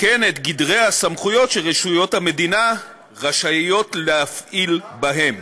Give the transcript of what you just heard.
וכן את גדרי הסמכויות שרשויות המדינה רשאיות להפעיל בהן.